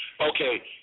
Okay